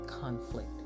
conflict